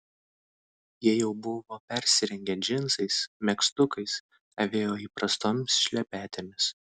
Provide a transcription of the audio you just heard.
jie jau buvo persirengę džinsais megztukais avėjo įprastomis šlepetėmis